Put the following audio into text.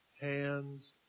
hands